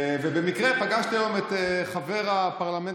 ובמקרה פגשתי היום את חבר הפרלמנט